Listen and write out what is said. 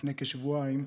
לפני כשבועיים,